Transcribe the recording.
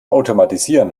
automatisieren